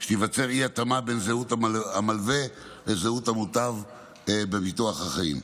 שתיווצר אי-התאמה בין זהות המלווה לזהות המוטב בביטוח החיים.